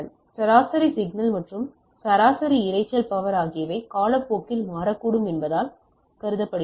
சராசரி சிக்னல் மற்றும் சராசரி இரைச்சல் பவர் ஆகியவை காலப்போக்கில் மாறக்கூடும் என்பதால் கருதப்படுகின்றன